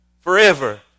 forever